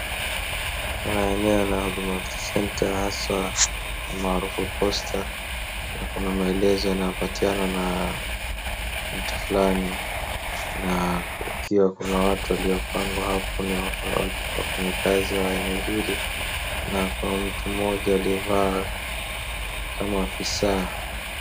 Kuna eneo la huduma centre hasaa maarufu posta na kuna maelezo yanayopatiana na mtu fulani na akiwa ikiwa kuna watu walioangwa hapo na wafanyikazi wa eneo hili na kuna mtu mmoja aliyevaa kama afisaa.